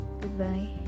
goodbye